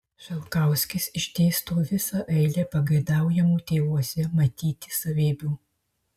šalkauskis išdėsto visą eilę pageidaujamų tėvuose matyti savybių